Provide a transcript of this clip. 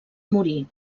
morir